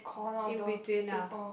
in between ah